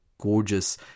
gorgeous